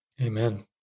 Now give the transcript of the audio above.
Amen